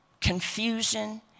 confusion